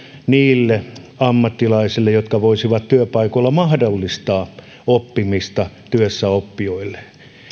niille ammattilaisille jotka voisivat työpaikoilla mahdollistaa oppimista työssäoppijoille